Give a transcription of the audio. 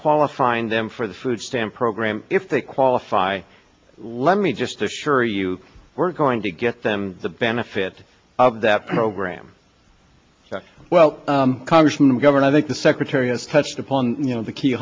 qualifying them for the food stamp program if they qualify let me just assure you we're going to get them the benefit of that program well congressman mcgovern i think the secretary has touched upon you know the key